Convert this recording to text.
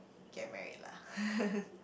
get married lah